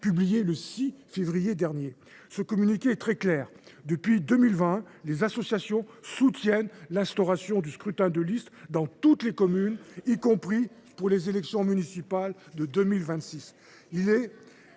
publié le 6 février dernier. Ce communiqué est très clair : il indique que ces associations soutiennent, depuis 2020, l’instauration du scrutin de liste dans toutes les communes, y compris pour les élections municipales de 2026.